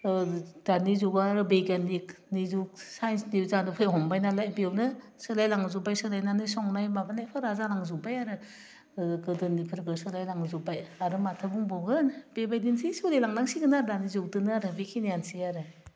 दानि जुबा बैगियानिकनि जुग चाइन्सनि जादुफोर हमबाय नालाय बेयावनो सोलाय लांजोब्बाय सोलायनानै संनाय माबानायफोरा जालांजोब्बाय आरो गोदोनिफोरखो सोलाय लांजोब्बाय आरो माथो बुंबावगोन बेबायदिनसै सोलि लांनांसिगोन आरो दानि जुगदोनो आरो बेखिनियानोसै आरो